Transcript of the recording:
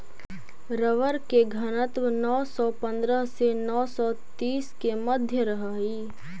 rubber के घनत्व नौ सौ पंद्रह से नौ सौ तीस के मध्य रहऽ हई